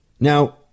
Now